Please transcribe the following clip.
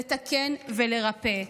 לתקן ולרפא.